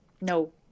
No